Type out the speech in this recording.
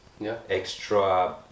extra